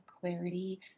clarity